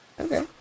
Okay